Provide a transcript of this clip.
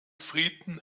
frieden